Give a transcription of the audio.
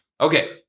Okay